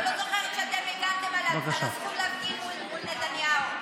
אבל אני לא זוכרת שאתם הגנתם על הזכות להפגין מול נתניהו.